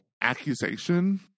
accusation